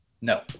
No